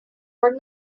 were